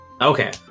okay